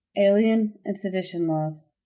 alien and sedition laws.